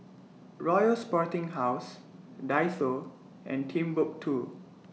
Royal Sporting House Daiso and Timbuk two